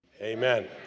Amen